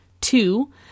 two